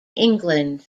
england